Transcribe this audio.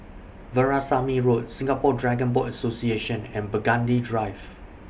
Veerasamy Road Singapore Dragon Boat Association and Burgundy Drive